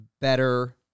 better